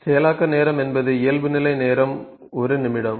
செயலாக்க நேரம் என்பது இயல்புநிலை நேரம் 1 நிமிடம்